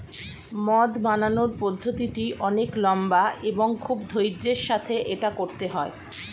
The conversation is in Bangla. মদ বানানোর পদ্ধতিটি অনেক লম্বা এবং খুব ধৈর্য্যের সাথে এটা করতে হয়